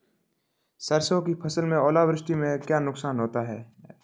सरसों की फसल में ओलावृष्टि से क्या नुकसान है?